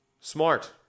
Smart